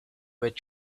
with